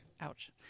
ouch